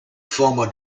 former